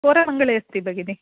पोराङ्गळे अस्ति भगिनि